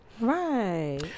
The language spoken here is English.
Right